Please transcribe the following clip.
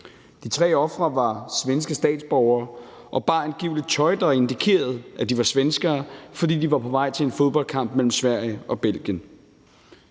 De tre ofre var svenske statsborgere og bar angiveligt tøj, der indikerede, at de var svenskere, fordi de var på vej til en fodboldkamp mellem Sverige og Belgien.